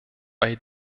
bei